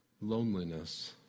loneliness